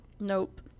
Nope